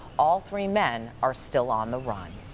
all three men are still on the run.